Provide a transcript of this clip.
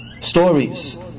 stories